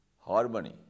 harmony